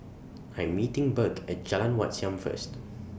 I Am meeting Burk At Jalan Wat Siam First